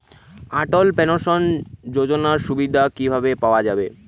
অটল pension যোজনার সুবিধা কি ভাবে পাওয়া যাবে?